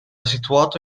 situato